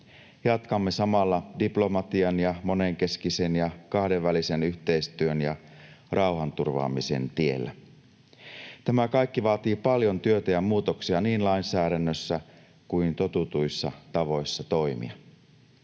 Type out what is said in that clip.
Jatkamme samalla diplomatian ja monenkeskisen ja kahdenvälisen yhteistyön ja rauhanturvaamisen tiellä. Tämä kaikki vaatii paljon työtä ja muutoksia niin lainsäädännössä kuin totutuissa tavoissa toimia.